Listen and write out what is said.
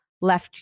left